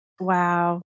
Wow